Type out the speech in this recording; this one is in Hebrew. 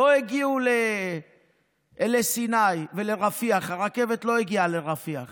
לא הגיעו לסיני ולרפיח, הרכבת לא הגיעה לרפיח